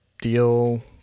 deal